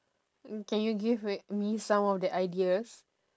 can you give me some of the ideas